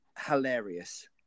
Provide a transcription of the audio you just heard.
hilarious